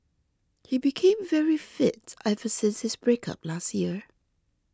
he became very fit ever since his breakup last year